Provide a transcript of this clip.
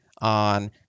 on